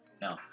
No